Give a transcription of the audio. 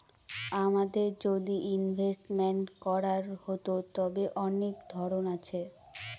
আমাদের যদি ইনভেস্টমেন্ট করার হতো, তবে অনেক ধরন আছে